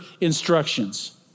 instructions